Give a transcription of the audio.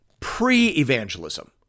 Pre-evangelism